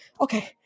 okay